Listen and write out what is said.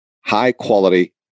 high-quality